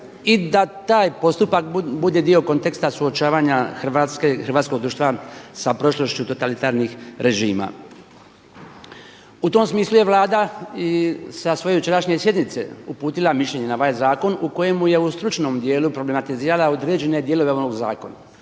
i da taj postupak bude dio konteksta suočavanja Hrvatske, hrvatskog društva sa prošlošću totalitarnih režima. U tom smislu je Vlada sa svoje jučerašnje sjednice uputila mišljenje na ovaj zakon u kojem je u stručnom dijelu problematizirala određene dijelove ovog zakona.